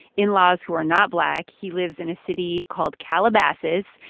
in-laws who are not black. he lives in a city called calabasas.